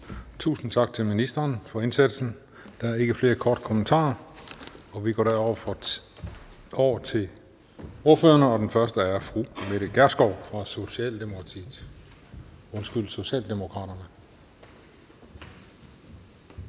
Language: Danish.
Tusind tak til ministeren for indsatsen. Der er ikke flere korte bemærkninger, og vi går derfor over til ordførerne, og den første er fru Mette Gjerskov fra Socialdemokraterne.